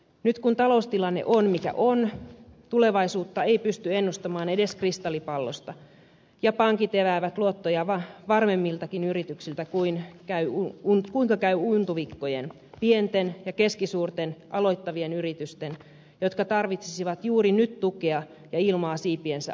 nyt kun taloustilanne on mikä on tulevaisuutta ei pysty ennustamaan edes kristallipallosta ja pankit eväävät luottoja varmemmiltakin yrityksiltä kuinka käy untuvikkojen pienten ja keskisuurten aloittavien yritysten jotka tarvitsisivat juuri nyt tukea ja ilmaa siipiensä alle